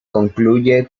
concluye